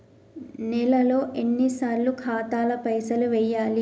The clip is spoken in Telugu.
నెలలో ఎన్నిసార్లు ఖాతాల పైసలు వెయ్యాలి?